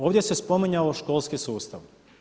Ovdje se spominjao školski sustav.